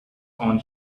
own